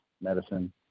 medicine